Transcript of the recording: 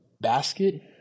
basket